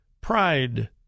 Pride